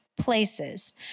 places